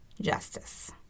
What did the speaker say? justice